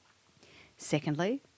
Secondly